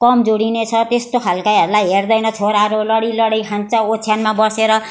कमजोरी नै छ त्यस्तो खालेहरूलाई हेर्दैन छोराहरू लडी लडी खान्छ ओछ्यानमा बसेर